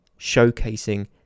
showcasing